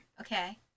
Okay